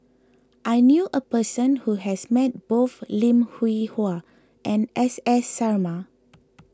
I knew a person who has met both Lim Hwee Hua and S S Sarma